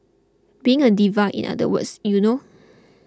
being a diva in other words you know